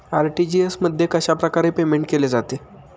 RTGS मध्ये कशाप्रकारे payment केले जाते?